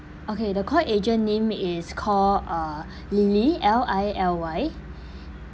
okay the call agent name is call uh lily L I L Y